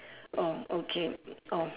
oh okay oh